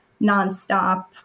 nonstop